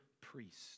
priest